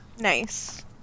nice